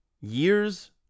years